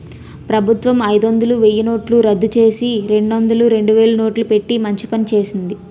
ప్రభుత్వం అయిదొందలు, వెయ్యినోట్లు రద్దుచేసి, రెండొందలు, రెండువేలు నోట్లు పెట్టి మంచి పని చేసింది